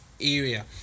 area